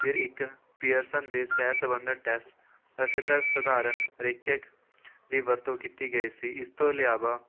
ਫਿਰ ਇੱਕ ਪੀਅਰਸਨ ਦੇ ਸਿਹਤ ਸੰਬੰਧਤ ਟੈਸਟ ਵੈਸੇ ਤਾਂ ਸਧਾਰਨ ਪ੍ਰੀਖਿਅਕ ਦੀ ਵਰਤੋਂ ਕੀਤੀ ਗਈ ਸੀ ਇਸ ਤੋਂ ਇਲਾਵਾ